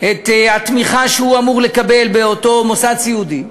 את התמיכה שהוא אמור לקבל באותו מוסד סיעודי,